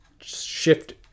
shift